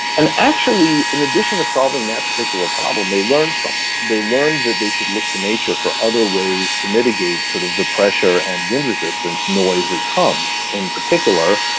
and actually, in addition to solving that particular problem, they learned from it, they learned that they should look to nature for other ways to mitigate sort of the pressure and wind resistance noise that comes, in particular,